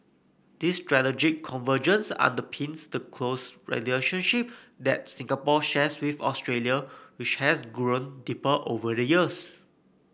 this strategic convergence underpins the close relationship that Singapore shares with Australia which has grown deeper over the years